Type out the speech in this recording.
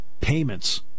payments